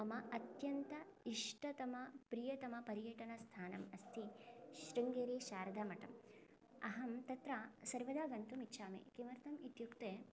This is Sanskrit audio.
मम अत्यन्त इष्टतमं प्रियतमं पर्यटनस्थानम् अस्ति शृङ्गेरी शारदामठम् अहं तत्र सर्वदा गन्तुम् इच्छामि किमर्थम् इत्युक्ते